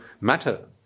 matter